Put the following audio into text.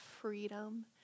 freedom